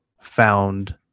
found